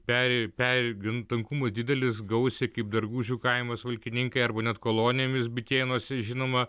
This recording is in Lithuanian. peri peri gan tankumas didelis gausiai kaip dargužių kaimas valkininkai arba net kolonijomis bitėnuose žinoma